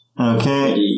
Okay